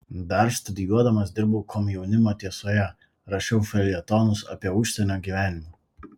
dar studijuodamas dirbau komjaunimo tiesoje rašiau feljetonus apie užsienio gyvenimą